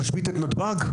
להשבית את נתב"ג?